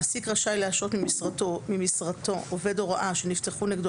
מעסיק רשאי להשעות ממשרתו עובד הוראה שנפתחו נגדו